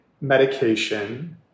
medication